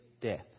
death